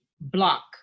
block